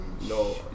No